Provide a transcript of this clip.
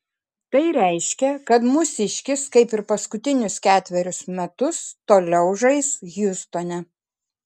tai reiškia kad mūsiškis kaip ir paskutinius ketverius metus toliau žais hjustone